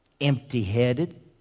empty-headed